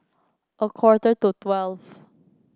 a quarter to twelve